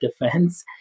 defense